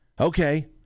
Okay